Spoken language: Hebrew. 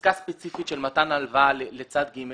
עסקה ספציפית של מתן הלוואה לצד ג',